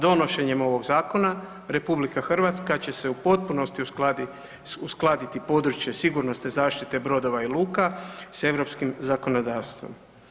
Donošenjem ovog zakona RH će se u potpunosti uskladiti područje sigurnosne zaštite brodova i luka sa europskim zakonodavstvom.